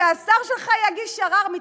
שהשר שלך יגיש ערר?